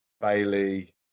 Bailey